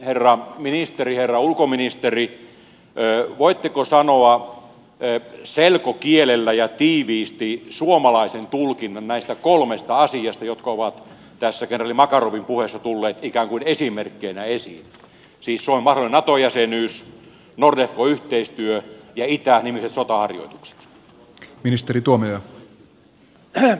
herra ministeri herra ulkoministeri voitteko sanoa selkokielellä ja tiiviisti suomalaisen tulkinnan näistä kolmesta asiasta jotka ovat kenraali makarovin puheessa tulleet esiin ikään kuin esimerkkeinä siis suomen mahdollisesta nato jäsenyydestä nordefco yhteistyöstä ja itä nimisistä sotaharjoituksista